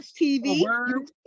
TV